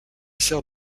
sert